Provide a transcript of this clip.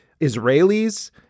Israelis